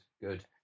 Good